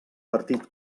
partit